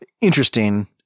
interesting